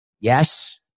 Yes